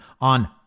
on